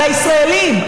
על הישראלים,